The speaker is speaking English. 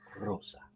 Rosa